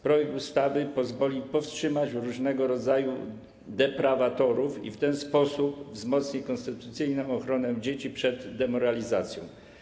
Projekt ustawy pozwoli powstrzymać różnego rodzaju deprawatorów i w ten sposób wzmocni konstytucyjną ochronę dzieci przed demoralizacją.